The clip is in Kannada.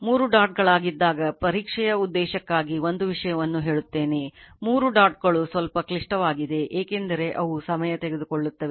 3 ಡಾಟ್ ಗಳಾಗಿದ್ದಾಗ ಪರೀಕ್ಷೆಯ ಉದ್ದೇಶಕ್ಕಾಗಿ ಒಂದು ವಿಷಯವನ್ನು ಹೇಳುತ್ತೇನೆ 3 ಡಾಟ್ ಗಳು ಸ್ವಲ್ಪ ಕ್ಲಿಷ್ಟವಾಗಿದೆ ಏಕೆಂದರೆ ಅವು ಸಮಯವನ್ನು ತೆಗೆದುಕೊಳ್ಳುತ್ತವೆ